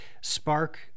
spark